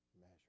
measure